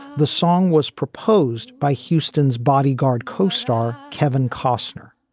the song was proposed by houston's bodyguard co-star kevin costner.